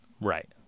Right